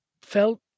felt